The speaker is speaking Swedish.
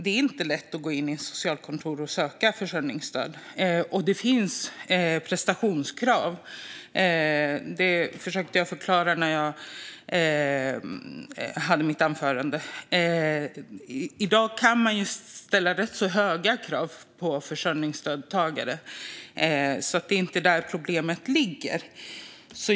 Det är inte lätt att gå in på ett socialkontor och söka försörjningsstöd, och det finns prestationskrav. Det försökte jag förklara i mitt anförande. I dag kan man ställa ganska höga krav på försörjningsstödstagare. Det är alltså inte där problemet ligger.